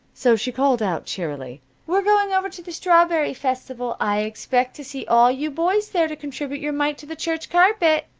so she called out, cheerily we're going over to the strawberry festival. i expect to see all you boys there to contribute your mite to the church carpet.